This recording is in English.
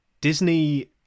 Disney